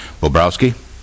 Wobrowski